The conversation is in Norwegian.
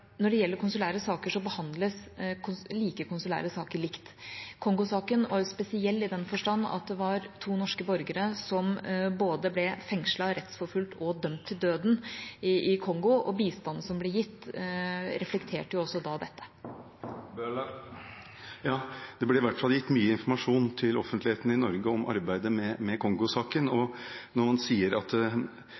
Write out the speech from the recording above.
når det gjelder konsulære saker, behandles like konsulære saker likt. Kongo-saken var spesiell, i den forstand at det var to norske borgere som ble både fengslet, rettsforfulgt og dømt til døden i Kongo, og bistanden som ble gitt, reflekterte også dette. Ja, det ble i hvert fall gitt mye informasjon til offentligheten i Norge om arbeidet med Kongo-saken. Når man etter ni år sier at